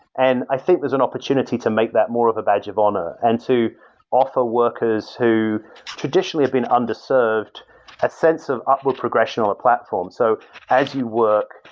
and i think there's an opportunity to make that more of a badge of honor and to offer workers who traditionally have been underserved a sense of upward progression platforms. so as you work,